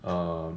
um